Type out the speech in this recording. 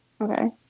okay